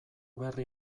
berri